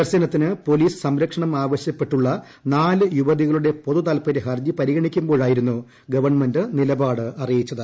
ദർശനത്തിന് പൊലീസ് സംരക്ഷണം ആവശ്യപ്പെട്ടുള്ള നാലു യുവതികളുടെ പൊതുതാൽപര്യ ഹർജി പരിഗണിക്കുമ്പോഴായിരുന്നു ഗവൺമെന്റ് നിലപാട് അറിയിച്ചത്